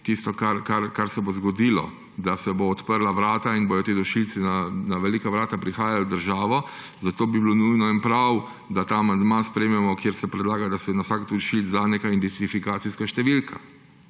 tisto, kar se bo zgodilo, da se bodo odprla vrata in bodo ti dušilci na velika vrata prihajali v državo. Zato bi bilo nujno in prav, da ta amandma sprejmemo, ki predlaga, da se na vsak dušilec da neka identifikacijska številka.